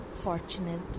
Fortunate